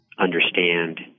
understand